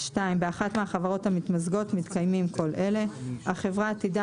באחת מהחברות המתמזגות מתקיימים כל אלה: החברה עתידה